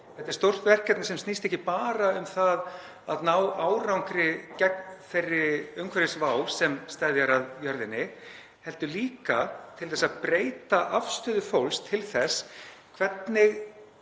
Þetta er stórt verkefni sem snýst ekki bara um það að ná árangri gegn þeirri umhverfisvá sem steðjar að jörðinni heldur líka um að breyta afstöðu fólks til þess hvernig